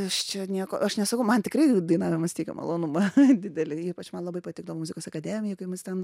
aš čia nieko aš nesakau man tikrai dainavimas teikia malonumą didelį ypač man labai patikdavo muzikos akademijoj kai mus ten